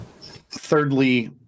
thirdly